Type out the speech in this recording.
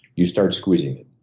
you start squeezing it.